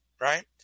right